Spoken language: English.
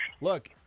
look